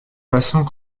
passants